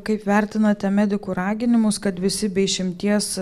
kaip vertinate medikų raginimus kad visi be išimties